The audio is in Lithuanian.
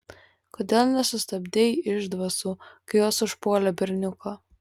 kodėl nesustabdei išdvasų kai jos užpuolė berniuką